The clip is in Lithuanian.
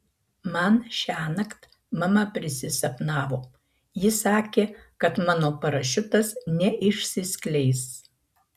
man šiąnakt mama prisisapnavo ji sakė kad mano parašiutas neišsiskleis